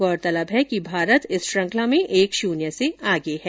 गौरतलब है कि भारत इस श्रृंखला में एक शून्य से आगे है